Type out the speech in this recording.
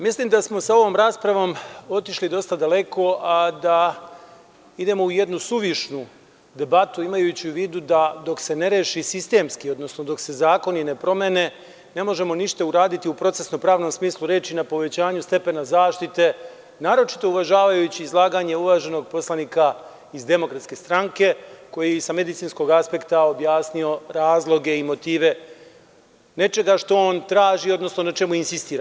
Mislim da smo sa ovom raspravom otišli mnogo daleko, a da idemo u jednu suvišnu debatu imajući u vidu da dok se ne reši sistemski, odnosno dok se zakoni ne promene ne možemo ništa uraditi u procesno-pravnom smislu, na povećanju stepena zaštite naročito uvažavajući izlaganje uvaženog poslanika iz DS koji sa medicinskog aspekta je objasnio razloge i motive nečega što on traži, odnosno na čemu insistira.